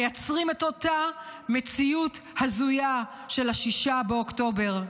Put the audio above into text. מייצרים את אותה מציאות הזויה של 6 באוקטובר.